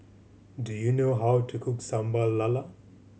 do you know how to cook Sambal Lala